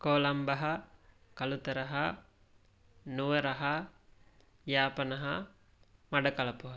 कोलम्बः कलुतरः नुवरः व्यापनः मड्डकलपः